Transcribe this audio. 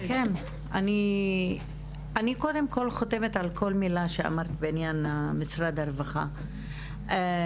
אני קודם כל חותמת על כל מילה שאמרת בעניין משרד הרווחה והשירותים